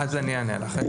אז אענה לך.